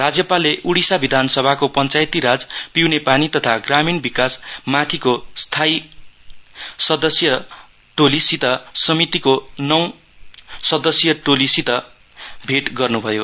राज्यपालले उडीसा विधानसभाको पञ्चायती राज पिउने पानी तथा ग्रामीण विकास माथिको स्थायी समितिका नौ सदस्यीयटोलीसित पनि भेट गर्नु भयो